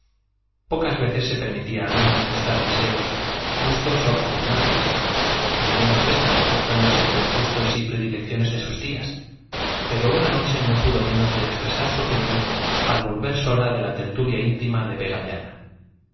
pocas veces se permitía ana manifestar deseos gustos o repugnancias y menos estas tratándose de los gustos y predilecciones de sus tías pero una noche no pudo menos de expresar su opinión al volver sola de la tertulia íntima de